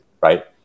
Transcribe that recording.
right